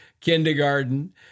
kindergarten